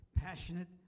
passionate